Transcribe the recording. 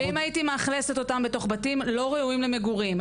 ואם הייתי מאכלסת אותם בתוך בתים שלא ראויים למגורים,